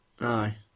Aye